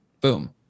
boom